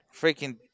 freaking